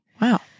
wow